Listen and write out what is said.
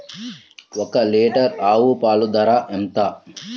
ఒక్క లీటర్ ఆవు పాల ధర ఎంత?